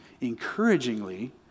Encouragingly